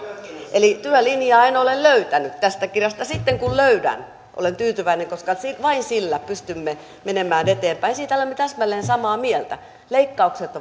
eli työlinjaa en ole löytänyt tästä kirjasta sitten kun löydän olen tyytyväinen koska vain sillä pystymme menemään eteenpäin siitä olemme täsmälleen samaa mieltä leikkaukset